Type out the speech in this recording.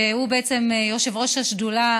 שהוא בעצם יושב-ראש השדולה,